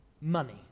money